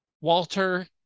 Walter